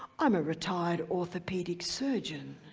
i'm a retired orthopedic surgeon.